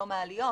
לא מעליות,